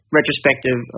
retrospective